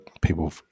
people